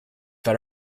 that